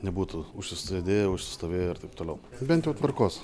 nebūtų užsisėdėję užsistovėję ir taip toliau bent jau tvarkos